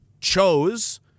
chose